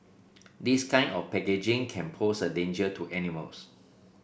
this kind of packaging can pose a danger to animals